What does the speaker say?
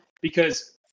Because-